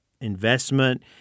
investment